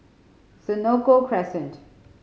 Senoko Crescent